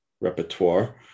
repertoire